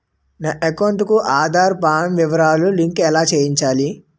నా అకౌంట్ కు ఆధార్, పాన్ వివరాలు లంకె ఎలా చేయాలి?